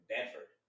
Bedford